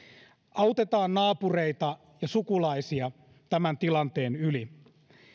autetaan naapureita ja sukulaisia tämän tilanteen yli